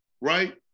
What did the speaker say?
right